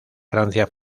francia